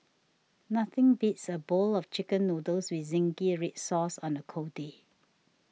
nothing beats a bowl of Chicken Noodles with Zingy Red Sauce on a cold day